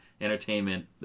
Entertainment